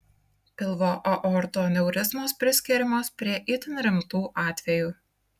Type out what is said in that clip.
pilvo aortų aneurizmos priskiriamos prie itin rimtų atvejų